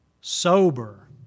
sober